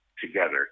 together